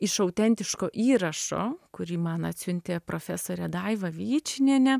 iš autentiško įrašo kurį man atsiuntė profesorė daiva vyčinienė